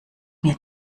mir